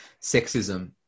sexism